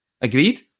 Agreed